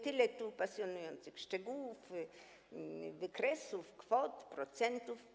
Tyle tu pasjonujących szczegółów, wykresów, kwot, procentów.